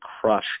crush